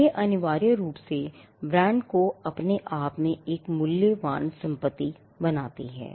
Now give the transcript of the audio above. यह अनिवार्य रूप से ब्रांडों को अपने आप में एक मूल्यवान संपत्ति बनाता है